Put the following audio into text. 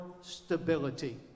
stability